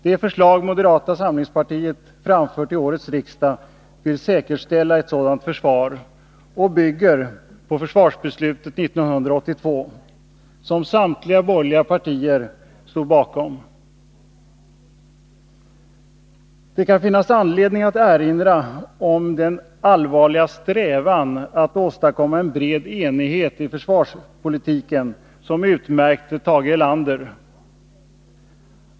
Det förslag som moderata samlingspartiet framför till årets riksdag innebär att vi vill säkerställa ett sådant försvar, och det bygger på försvarsbeslutet 1982 — som samtliga borgerliga partier stod bakom. Det kan finnas anledning att erinra om den allvarliga strävan att åstadkomma en bred enighet i försvarspolitiken som utmärkte Tage Erlander.